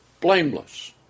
blameless